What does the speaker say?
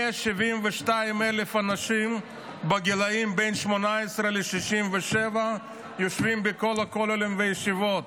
172,000 אנשים בגילים של 18 67 יושבים בכל הכוללים והישיבות,